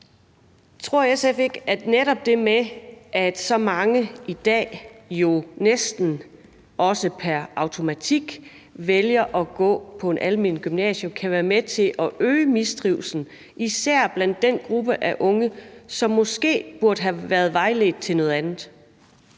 Tror SF ikke, at netop det med, at så mange i dag jo næsten pr. automatik vælger at gå på et alment gymnasium, kan være med til at øge mistrivslen, især blandt den gruppe af unge, som måske burde have været vejledt til at vælge noget andet?